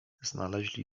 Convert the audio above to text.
znaleźli